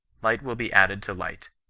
light will be added to light,